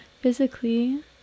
Physically